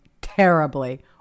terribly